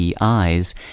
eyes